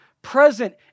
present